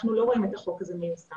אנחנו לא רואים את החוק הזה מיושם.